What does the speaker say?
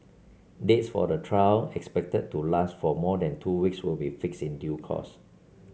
dates for the trial expected to last for more than two weeks will be fixed in due course